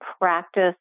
practice